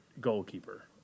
goalkeeper